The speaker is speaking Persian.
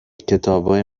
کتابای